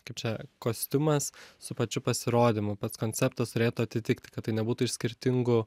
kaip čia kostiumas su pačiu pasirodymu pats konceptas turėtų atitikti kad tai nebūtų iš skirtingų